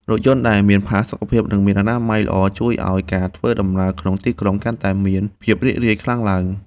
រថយន្តដែលមានផាសុកភាព និងមានអនាម័យល្អជួយឱ្យការធ្វើដំណើរក្នុងទីក្រុងកាន់តែមានភាពរីករាយខ្លាំងឡើង។